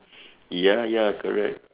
ya ya correct